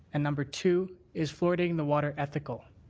and number two is fluoridating the water ethical?